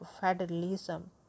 federalism